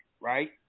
right